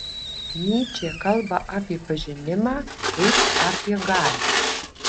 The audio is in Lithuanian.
nyčė kalba apie pažinimą kaip apie galią